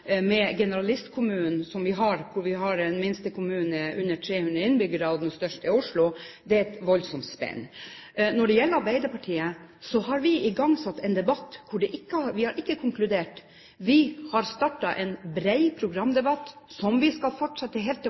med generalistkommunene når den minste kommunen har under 300 innbyggere og den største er Oslo. Det er et voldsomt spenn. Når det gjelder Arbeiderpartiet, så har vi igangsatt en debatt. Vi har ikke konkludert. Vi har startet en bred programdebatt som vi skal fortsette